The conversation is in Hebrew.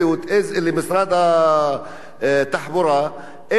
התחבורה איזו תוכנית,